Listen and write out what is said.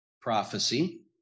prophecy